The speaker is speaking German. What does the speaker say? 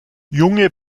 junge